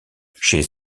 chez